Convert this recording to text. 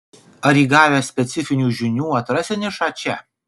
ar įgavęs specifinių žinių atrasi nišą čia